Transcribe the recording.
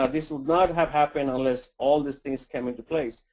ah this would not have happened unless all these things came into place.